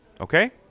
Okay